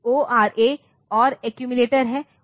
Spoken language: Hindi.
ORA ओर एक्यूमिलेटर है